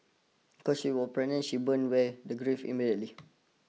because she was pregnant she burns were grafted immediately